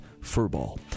furball